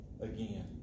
again